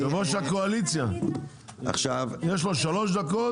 יושב-ראש הקואליציה, יש לו 3 דקות.